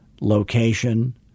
location